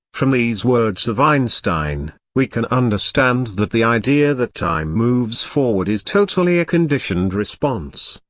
from these words of einstein, we can understand that the idea that time moves forward is totally a conditioned response.